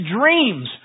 dreams